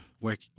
work